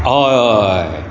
हय हय